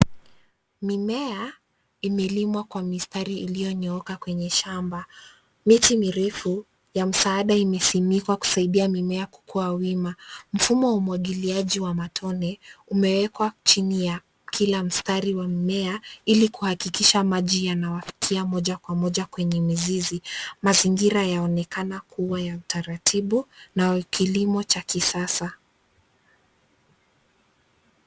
Mimea imelimwa kwa mistari iliyonyooka kwenye shamba. Miti mirefu ya msaada imesimikwa kusaidia mimea kukuwa wima. Mfumo wa umwagiliaji wa matone umewekwa chini ya kila mstari wa mmea ili kuhakikisha maji yanawafikia moja kwa moja kwenye mizizi. Mazingira yaonekana kuwa ya utaratibu na kilimo cha kisasa.